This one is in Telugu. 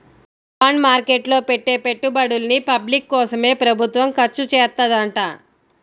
బాండ్ మార్కెట్ లో పెట్టే పెట్టుబడుల్ని పబ్లిక్ కోసమే ప్రభుత్వం ఖర్చుచేత్తదంట